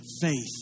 faith